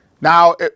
Now